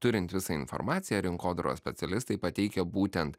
turint visą informaciją rinkodaros specialistai pateikia būtent